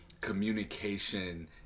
communication